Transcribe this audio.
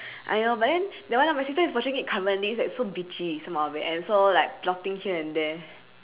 !aiyo! but then that one my sister is watching it currently it's like so bitchy some of it and also like plotting here and there